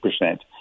percent